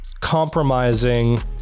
compromising